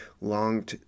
long